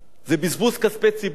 זה בזבוז כספי ציבור,